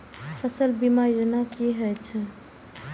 फसल बीमा योजना कि होए छै?